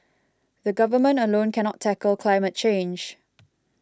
the Government alone cannot tackle climate change